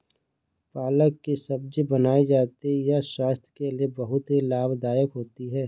पालक की सब्जी बनाई जाती है यह स्वास्थ्य के लिए बहुत ही लाभदायक होती है